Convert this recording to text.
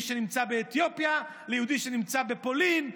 שנמצא באתיופיה ויהודי שנמצא בפולין.